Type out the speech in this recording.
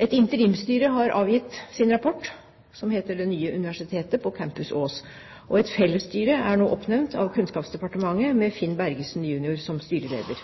Et interimsstyre har avgitt sin rapport som heter Det nye universitetet på Campus Ås, og et fellesstyre er nå oppnevnt av Kunnskapsdepartementet med Finn Bergesen jr. som styreleder.